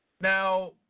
Now